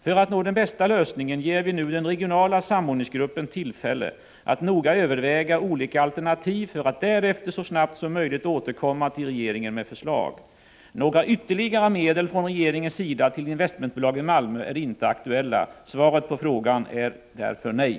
För att nå den bästa lösningen ger vi nu den regionala samordningsgruppen tillfälle att noga överväga olika alternativ för att därefter så snabbt som möjligt återkomma till regeringen med förslag. Några ytterligare medel från regeringens sida till investmentbolag i Malmö är inte aktuella. Svaret på frågan är därför nej.